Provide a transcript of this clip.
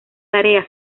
tarea